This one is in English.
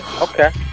okay